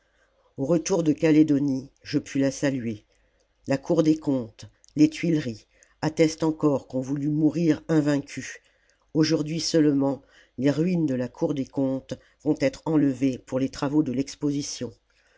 au retour de calédonie je pus la saluer la cour des comptes les tuileries attestent encore qu'on voulut mourir invaincus aujourd'hui seulement les ruines de la cour des comptes vont être enlevées pour les travaux de